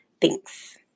Thanks